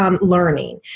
Learning